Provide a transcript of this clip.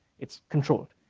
it's controlled,